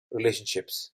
relationships